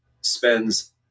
spends